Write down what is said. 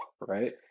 right